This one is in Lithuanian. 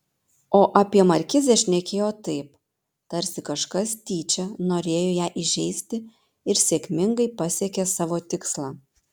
o apie markizę šnekėjo taip tarsi kažkas tyčia norėjo ją įžeisti ir sėkmingai pasiekė savo tikslą